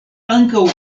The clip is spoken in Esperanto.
ankaŭ